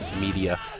Media